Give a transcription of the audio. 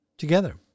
Together